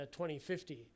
2050